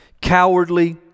cowardly